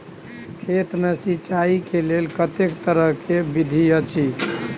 खेत मे सिंचाई के लेल कतेक तरह के विधी अछि?